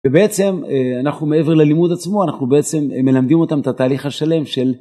ובעצם, אנחנו מעבר ללימוד עצמו, אנחנו בעצם מלמדים אותם את התהליך השלם של.